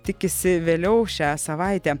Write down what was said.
tikisi vėliau šią savaitę